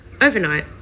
overnight